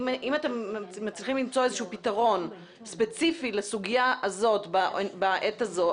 אם אתם מצליחים למצוא איזשהו פתרון ספציפי לסוגיה הזאת בעת הזאת,